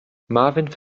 marvin